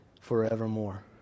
forevermore